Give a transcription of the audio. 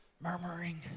Murmuring